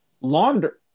launder